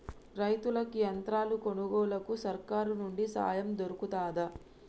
రైతులకి యంత్రాలు కొనుగోలుకు సర్కారు నుండి సాయం దొరుకుతదా?